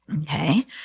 okay